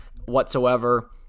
whatsoever